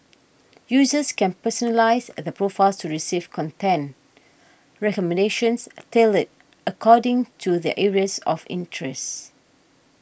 users can personalise add profiles to receive content recommendations tailored according to their areas of interest